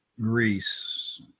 Greece